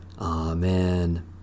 Amen